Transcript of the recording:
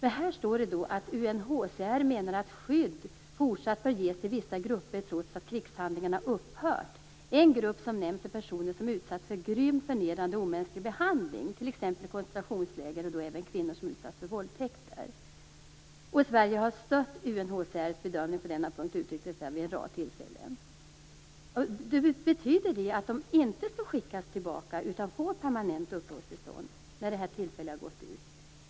I svaret står det: UNHCR menar att skydd fortsatt bör ges till vissa grupper trots att krigshandlingarna upphört. En grupp som nämns är personer som utsatts för grym, förnedrande och omänsklig behandling, t.ex. i koncentrationsläger och då även kvinnor som utsatts för våldtäkter. Sverige har stött UNHCR:s bedömning på denna punkt och uttryckt detta vid en rad tillfällen. Betyder det att de inte skall skickas tillbaka, att de får permanent uppehållstillstånd när det tillfälliga har gått ut?